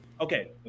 okay